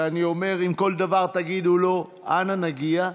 ואני אומר, אם לכל דבר תגידו לא, אנה נגיע?